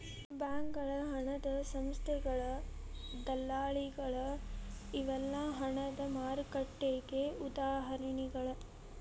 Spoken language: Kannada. ಬ್ಯಾಂಕಗಳ ಹಣದ ಸಂಸ್ಥೆಗಳ ದಲ್ಲಾಳಿಗಳ ಇವೆಲ್ಲಾ ಹಣದ ಮಾರುಕಟ್ಟೆಗೆ ಉದಾಹರಣಿಗಳ